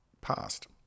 past